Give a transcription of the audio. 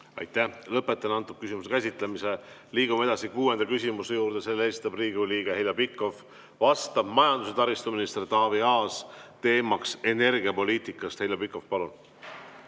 Aitäh! Lõpetan selle küsimuse käsitlemise. Liigume edasi kuuenda küsimuse juurde. Selle esitab Riigikogu liige Heljo Pikhof, vastab majandus- ja taristuminister Taavi Aas ja teema on energiapoliitika. Heljo Pikhof, palun!